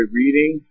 reading